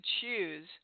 choose